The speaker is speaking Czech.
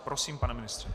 Prosím, pane ministře.